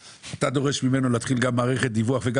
ודורש ממנו להתחיל גם מערכת דיווח וגם